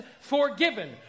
forgiven